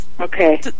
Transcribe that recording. Okay